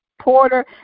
Porter